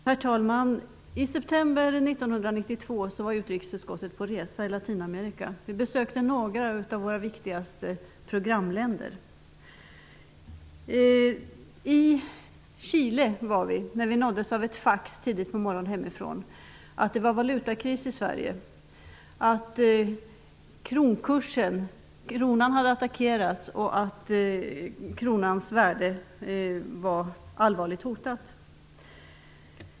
Herr talman! I september 1992 var utrikesutskottet på resa i Latinamerika. Vi besökte några av våra viktigaste programländer. Vi var i Chile när vi nåddes av ett fax tidigt på morgonen hemifrån om att det var valutakris i Sverige, att kronan hade attackerats och att kronans värde var allvarligt hotat.